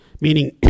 Meaning